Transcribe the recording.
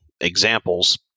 examples